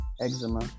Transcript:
eczema